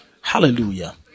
Hallelujah